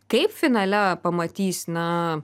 kaip finale pamatys na